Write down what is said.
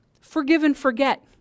forgive-and-forget